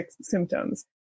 symptoms